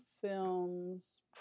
films